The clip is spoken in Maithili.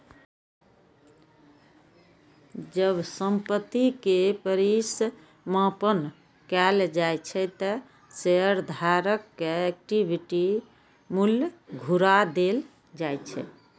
जब संपत्ति के परिसमापन कैल जाइ छै, ते शेयरधारक कें इक्विटी मूल्य घुरा देल जाइ छै